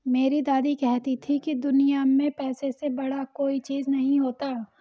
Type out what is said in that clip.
मेरी दादी कहती थी कि दुनिया में पैसे से बड़ा कोई चीज नहीं होता